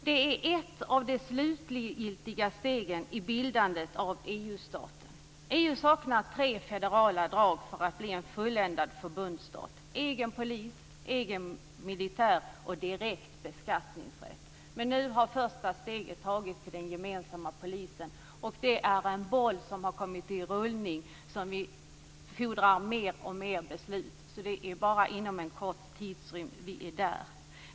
Detta är ett av de slutgiltiga stegen i bildandet av EU-staten. EU saknar tre federala drag för att bli en fulländad förbundsstat: egen polis, egen militär och direkt beskattningsrätt. Men nu har första steget tagits till den gemensamma polisen. Det är en boll som har kommit i rullning som fordrar mer och mer beslut, så det är bara en kort tidsrymd tills vi är där.